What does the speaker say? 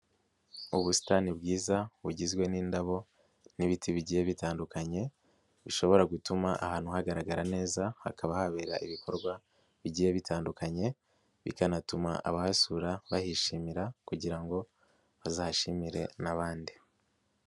Ubusitani bwiza bugizwe n'indabo n'ibiti bigiye bitandukanye bishobora gutuma ahantu hagaragara neza hakaba habera ibikorwa bigiye bitandukanye, bikanatuma abahasura bahishimira kugira ngo bazahashimire n'abandi.